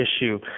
issue